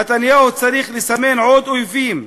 נתניהו צריך לסמן עוד אויבים,